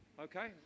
Okay